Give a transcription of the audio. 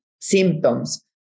symptoms